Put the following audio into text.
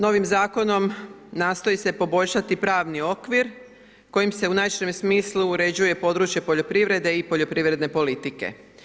Novim zakonom nastoji se poboljšati pravni okvir kojim se u najširem smislu uređuje područje poljoprivrede i poljoprivredne politike.